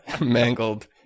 mangled